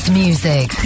music